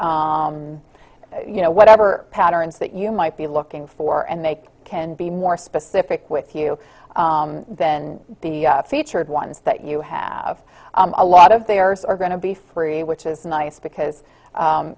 you know whatever patterns that you might be looking for and they can be more specific with you then the featured ones that you have a lot of there's are going to be free which is nice because